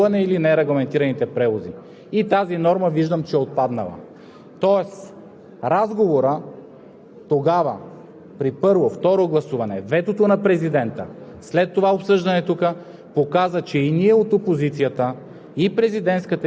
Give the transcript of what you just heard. Притесненията ни бяха и в размера на наказанията – 10 години затвор тогава за споделено пътуване или нерегламентиран превоз. И тази норма виждам, че е отпаднала. Тоест разговорът